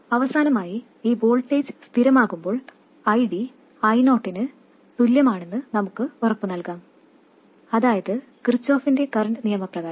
അവസാനമായി ഈ വോൾട്ടേജ് സ്ഥിരമാകുമ്പോൾ ID I0 തുല്യമാണെന്ന് നമുക്ക് ഉറപ്പുനൽകാം അതായത് കിർചോഫിന്റെ കറൻറ് നിയമപ്രകാരം